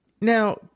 now